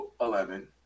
eleven